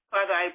Father